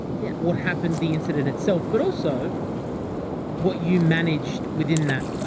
yeah what happened, the incident itself, but also what you managed within that,